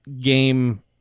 game